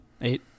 eight